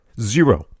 Zero